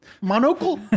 Monocle